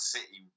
City